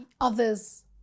others